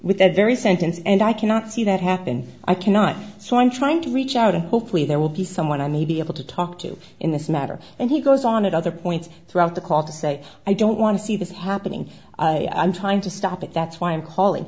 with that very sentence and i cannot see that happen i cannot so i'm trying to reach out and hopefully there will be someone i may be able to talk to in this matter and he goes on at other points throughout the call to say i don't want to see this happening i'm trying to stop it that's why i'm calling